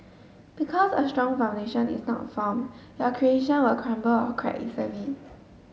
because a strong foundation is not form your creation will crumble or crack easily